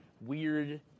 weird